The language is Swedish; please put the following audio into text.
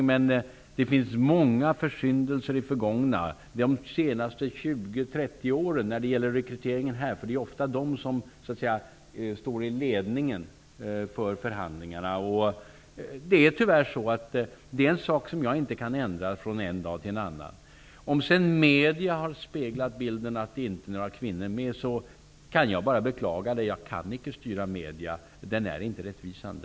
När det gäller rekryteringen finns många försyndelser som skett i det förgångna, dvs. under de senaste 20--30 åren. Det är oftast männen som är i ledningen för förhandlingarna. Detta är tyvärr ett förhållande som jag inte kan förändra från en dag till en annan. Om sedan medierna har speglat bilden av att inga kvinnor finns med, kan jag bara beklaga detta. Jag kan inte styra medierna. Bilden är inte rättvisande.